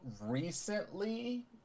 recently